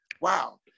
wow